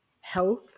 health